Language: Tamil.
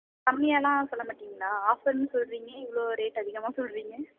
கம்மியாகலாம் சொல்லமாட்டிங்களா ஆஃபர்ன்னு சொல்லுறிங்க இவ்வளோ ரேட்டு அதிகமாக சொல்லுறிங்க